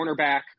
cornerback